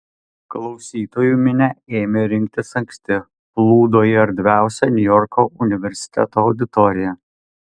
klausytojų minia ėmė rinktis anksti plūdo į erdviausią niujorko universiteto auditoriją